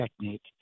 technique